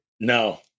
No